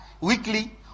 weekly